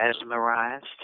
mesmerized